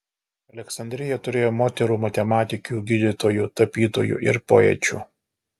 aleksandrija turėjo moterų matematikių gydytojų tapytojų ir poečių